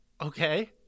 Okay